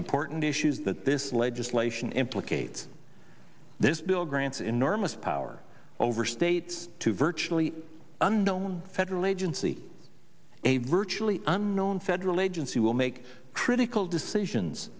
important issues that this legislation implicate this bill grants enormous power over states to virtually unknown federal agency a virtually unknown federal agency will make critical decisions